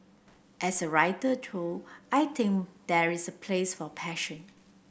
as a writer through I think there is a place for passion